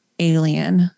alien